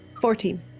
Fourteen